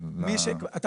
מי שיש לו,